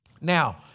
Now